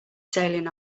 sailing